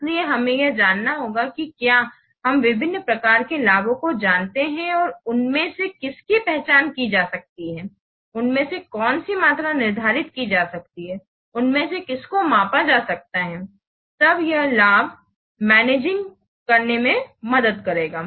इसलिए हमें यह जानना होगा कि क्या हम विभिन्न प्रकार के लाभों को जानते हैं और उनमें से किसकी पहचान की जा सकती है उनमें से कौन सी मात्रा निर्धारित की जा सकती है उनमें से किसको मापा जा सकता है तब यह लाभ मैनेजिंग करने में मदद करेगा